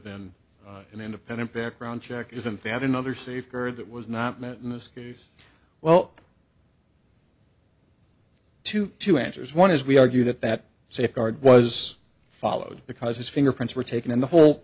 than an independent background check isn't that another safe heard that was not met in this case well to two answers one is we argue that that safeguard was followed because his fingerprints were taken in the whole